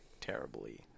terribly